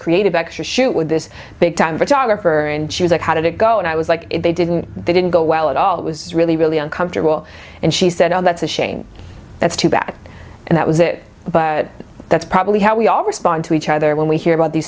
creative extra shoot with this big time photographer and she was like how did it go and i was like they didn't they didn't go well at all it was really really uncomfortable and she said oh that's a shame that's too bad and that was it but that's probably how we all respond to each other when we hear about these